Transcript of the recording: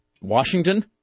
Washington